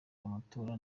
amatora